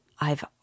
I've